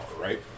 right